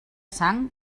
sang